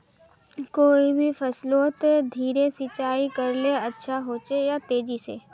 कोई भी फसलोत धीरे सिंचाई करले अच्छा होचे या तेजी से?